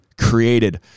created